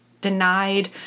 denied